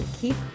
keep